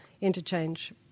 interchange